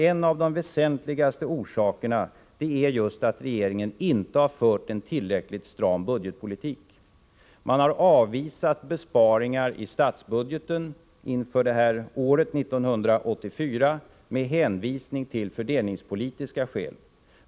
En av de väsentligaste orsakerna är just att regeringen inte har fört en tillräckligt stram budgetpolitik. Man har avvisat förslag om besparingar i statsbudgeten inför 1984 med hänvisning till fördelningspolitiska skäl.